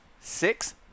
six